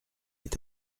est